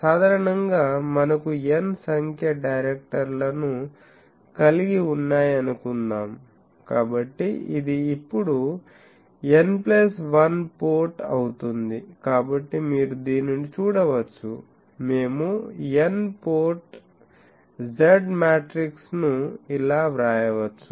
సాధారణంగా మనకు n సంఖ్య డైరెక్టర్లను కలిగి ఉన్నాయనుకుందాం కాబట్టి ఇది ఇప్పుడు n ప్లస్ 1 పోర్ట్ అవుతుంది కాబట్టి మీరు దీనిని చూడవచ్చు మేము N పోర్ట్ Z మ్యాట్రిక్స్ ను ఇలా వ్రాయవచ్చు